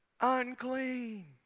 unclean